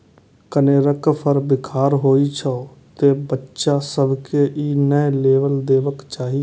कनेरक फर बिखाह होइ छै, तें बच्चा सभ कें ई नै लेबय देबाक चाही